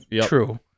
True